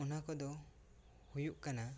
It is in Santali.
ᱚᱱᱟ ᱠᱚᱫᱚ ᱦᱩᱭᱩᱜ ᱠᱟᱱᱟ